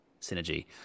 Synergy